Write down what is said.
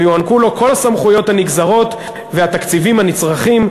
ויוענקו לו כל הסמכויות הנגזרות והתקציבים הנצרכים,